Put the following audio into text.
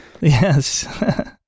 Yes